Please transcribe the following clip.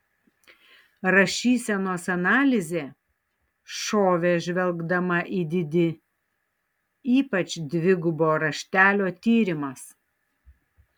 rašysenos analizė šovė žvelgdama į didi ypač dvigubo raštelio tyrimas